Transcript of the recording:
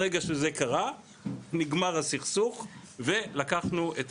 ברגע שזה קרה נגמר הסכסוך ולקחנו את הוועדה.